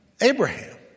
Abraham